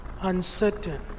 uncertain